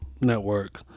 network